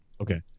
Okay